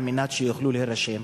על מנת שיוכלו להירשם?